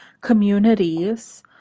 communities